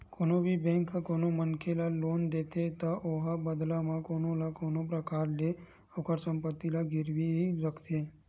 कोनो भी बेंक ह कोनो मनखे ल लोन देथे त ओहा बदला म कोनो न कोनो परकार ले ओखर संपत्ति ला गिरवी रखथे